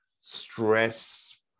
stress